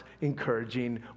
encouraging